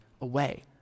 away